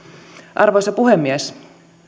arvoisa puhemies